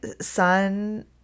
son